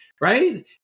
right